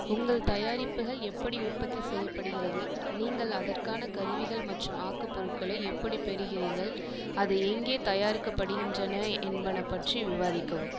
உங்கள் தயாரிப்புகள் எப்படி உற்பத்தி செய்யப்படுகிறது நீங்கள் அதற்கான கருவிகள் மற்றும் ஆக்கப் பொருட்களை எப்படிப் பெறுகிறீர்கள் அதை எங்கே தயாரிக்கப்படுகின்றன என்பன பற்றி விவாதிக்கவும்